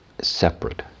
separate